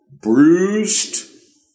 bruised